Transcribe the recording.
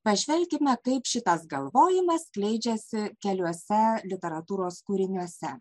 pažvelkime kaip šitas galvojimas skleidžiasi keliuose literatūros kūriniuose